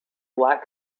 black